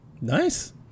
Nice